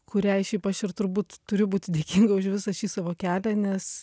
kuriai šiaip aš ir turbūt turiu būti dėkinga už visą šį savo kelią nes